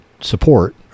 support